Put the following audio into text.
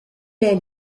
est